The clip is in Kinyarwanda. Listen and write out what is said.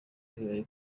bibaye